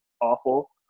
awful